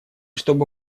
чтобы